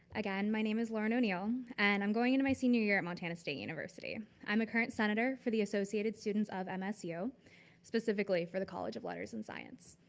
again, my name is lauren o'neill and i'm going into my senior year at montana state university. i'm a current senator for the associated students of msu specifically for the college of letters and science.